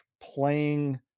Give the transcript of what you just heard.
playing